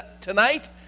tonight